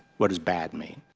what does bad mean?